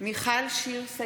(קוראת בשמות חברי הכנסת) מיכל שיר סגמן,